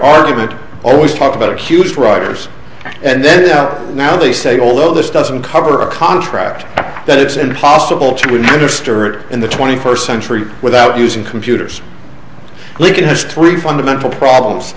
argument always talk about accused writers and then now they say although this doesn't cover a contract that it's impossible to distort in the twenty first century without using computers look it has three fundamental problems